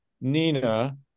Nina